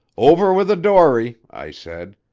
over with a dory i said.